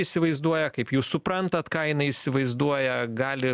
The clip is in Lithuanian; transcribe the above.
įsivaizduoja kaip jūs suprantat ką jinai įsivaizduoja gali